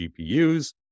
GPUs